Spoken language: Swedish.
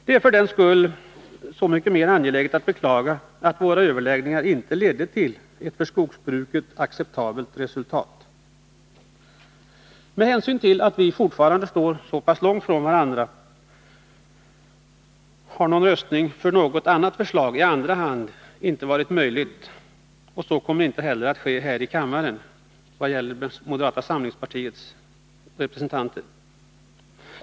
Det är för den skull så mycket mer angeläget att beklaga att våra överläggningar inte ledde till ett för skogsbruket acceptabelt resultat. Med hänsyn till att vi fortfarande står så långt från varandra, har någon röstning för ett annat förslag i andra hand inte varit möjlig för moderata samlingspartiets representanter.